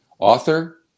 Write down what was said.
author